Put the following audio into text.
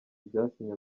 byasinye